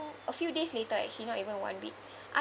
a few days later actually not even one week